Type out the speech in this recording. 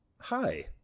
Hi